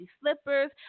slippers